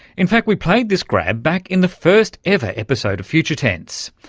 in fact we played this grab back in the first ever episode of future tense.